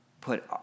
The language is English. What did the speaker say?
put